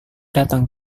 datang